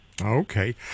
Okay